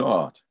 God